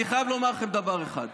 אני חייב לומר לכם דבר אחד.